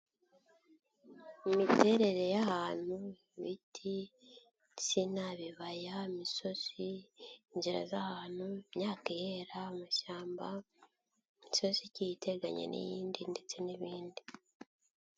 Imiterere y'ahantu ibiti, insina, ibibaya, imisozi, inzira z'ahantu, imyaka ihera, amashyamba, imisozi igiye iteganye n'iyindi ndetse n'ibindi.